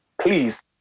please